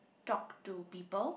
talk to people